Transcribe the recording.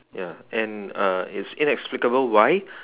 ya and uh it's inexplicable why